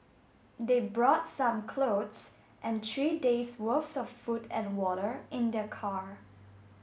they brought some clothes and three days worth of food and water in their car